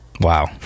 wow